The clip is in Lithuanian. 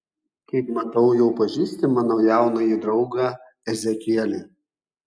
kaip matau jau pažįsti mano jaunąjį draugą ezekielį